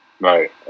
Right